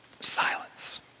silence